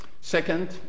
Second